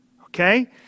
Okay